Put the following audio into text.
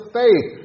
faith